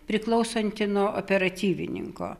priklausanti nuo operatyvininko